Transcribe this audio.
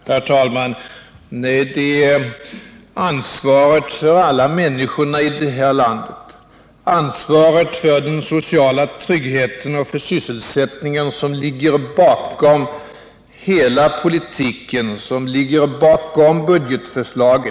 Herr talman! Nej, det är ansvaret för alla människorna i det här landet, ansvaret för den sociala tryggheten och för sysselsättningen som ligger bakom hela politiken och bakom budgetförslaget.